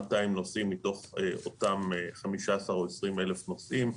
200 נוסעים מתוך אותם 15,000 או 20,000 נוסעים.